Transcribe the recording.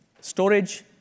storage